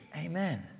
Amen